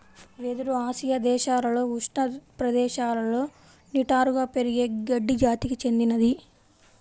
వెదురు ఆసియా దేశాలలో ఉష్ణ ప్రదేశాలలో నిటారుగా పెరిగే గడ్డి జాతికి చెందినది